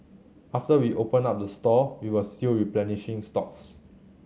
after we opened up the store we were still replenishing stocks